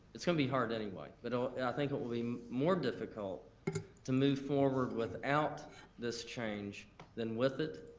it's gonna be hard anyway, but i think it will be more difficult to move forward without this change than with it,